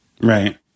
Right